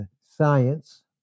science